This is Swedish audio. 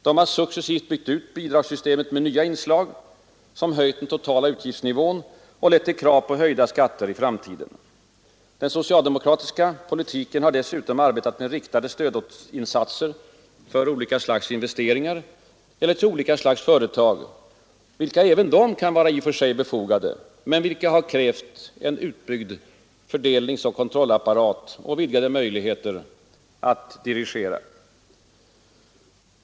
De har successivt byggt ut bidragssystemet med nya inslag, som har höjt den totala utgiftsnivån och lett till krav på höjda skatter i framtiden. Den socialdemokratiska politiken har dessutom arbetat med riktade stödinsatser för olika slags investeringar eller till olika slags företag, vilka även de — i och för sig befogade insatser — har krävt en utbyggd fördelningsoch kontrollapparat och vidgade möjligheter att dirigera.